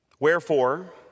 Wherefore